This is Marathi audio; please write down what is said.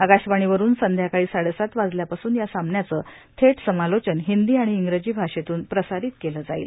आकाशवाणीवरून संध्याकाळी साडेसात वाजल्यापासून या सामन्याचं थे समालोचन हिंदी आणि इंग्रजी भाषेतून प्रसारीत केलं जाईल